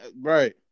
Right